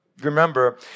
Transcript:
remember